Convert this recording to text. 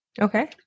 Okay